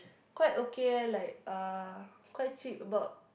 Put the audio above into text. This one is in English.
quite okay eh like uh quite cheap about